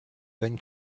then